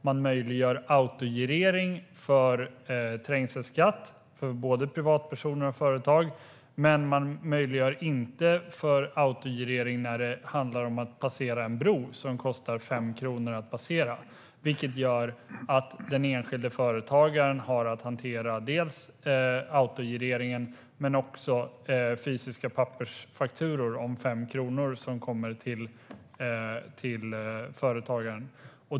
Man möjliggör autogirering för trängselskatt för både privatpersoner och företag, men man möjliggör inte autogirering när det handlar om att passera en bro som kostar 5 kronor att passera, vilket gör att den enskilde företagaren har att hantera autogireringen men också fysiska pappersfakturor om 5 kronor som kommer.